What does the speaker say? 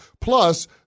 Plus